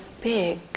big